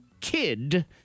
Kid